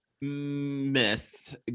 miss